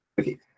Okay